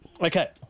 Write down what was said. Okay